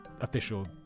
official